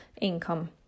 income